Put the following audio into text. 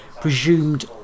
presumed